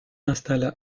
installa